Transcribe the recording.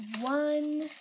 one